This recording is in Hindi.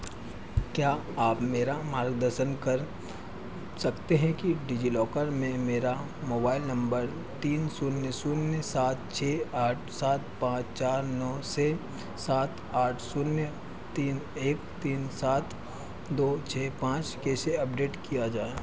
क्या आप मेरा मार्गदर्शन कर सकते हैं कि डिजिलॉकर में मेरा मोबाइल नम्बर तीन शून्य शून्य सात छः आठ सात पाँच चार नौ से सात आठ शून्य तीन एक तीन सात दो छः पाँच कैसे अपडेट किया जाए